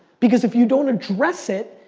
because if you don't address it,